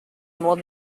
more